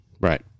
Right